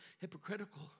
hypocritical